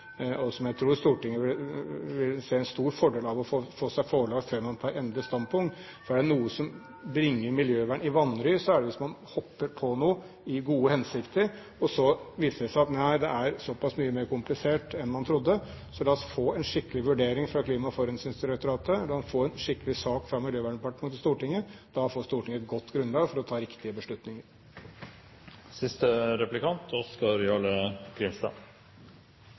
og som jeg tror Stortinget vil se en stor fordel av å få seg forelagt før man tar endelig standpunkt. Er det noe som bringer miljøvern i vanry, er det hvis man hopper på noe i gode hensikter, og det så viser seg at det er mye mer komplisert enn man trodde. Så la oss få en skikkelig vurdering fra Klima- og forurensningsdirektoratet, la oss få en skikkelig sak fra Miljøverndepartementet til Stortinget. Da får Stortinget et godt grunnlag for å ta riktige beslutninger.